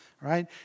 right